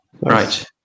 right